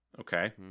Okay